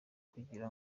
kugira